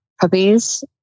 puppies